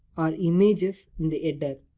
or images in the but